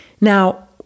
Now